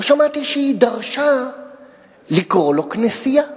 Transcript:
לא שמעתי שהוא דרש לקרוא לו כנסייה.